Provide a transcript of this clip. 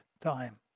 time